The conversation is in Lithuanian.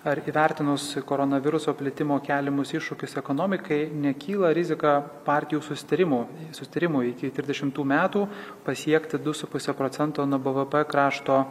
ar įvertinus koronaviruso plitimo keliamus iššūkius ekonomikai nekyla rizika partijų susitarimo susitarimui iki trisdešimtų metų pasiekti du su puse procento nuo bvp krašto